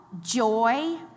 joy